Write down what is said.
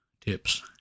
Tips